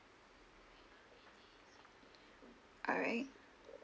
alright